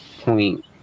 point